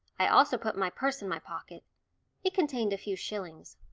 i also put my purse in my pocket it contained a few shillings.